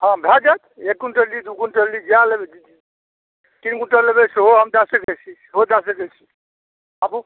हँ भऽ जाएत एक क्विन्टल ली दू क्विन्टल ली जै तीन क्विन्टल लेबै सेहो हम दऽ सकै छी सेहो दऽ सकै छी आबू